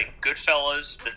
Goodfellas